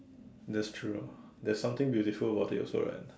that's true there's something beautiful about it also right